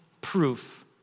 proof